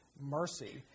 mercy